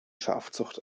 schafzucht